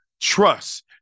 trust